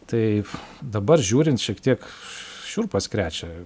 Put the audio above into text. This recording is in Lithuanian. taip dabar žiūrint šiek tiek šiurpas krečia